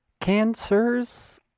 Cancers